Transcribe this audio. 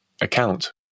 account